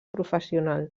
professional